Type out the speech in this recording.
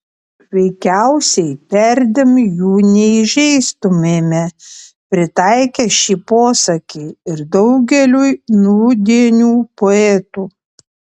veikiausiai perdėm jų neįžeistumėme pritaikę šį posakį ir daugeliui nūdienių poetų